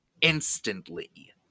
instantly